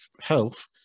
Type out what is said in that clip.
health